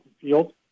field